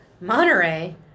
Monterey